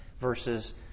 Versus